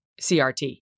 CRT